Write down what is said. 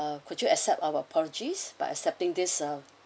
uh could you accept our apologies by accepting this ah